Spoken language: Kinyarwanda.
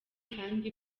kandi